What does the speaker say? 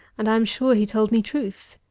and i am sure he told me truth.